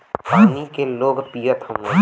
पानी के लोग पियत हउवन